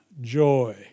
joy